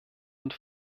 und